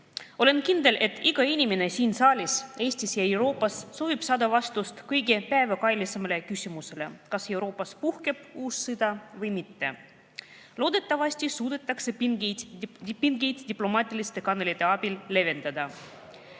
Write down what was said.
Olen kindel, et iga inimene siin saalis, mujal Eestis ja Euroopas soovib saada vastust kõige päevakajalisemale küsimusele: kas Euroopas puhkeb uus sõda või mitte? Loodetavasti suudetakse pingeid diplomaatiliste kanalite abil leevendada.